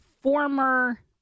former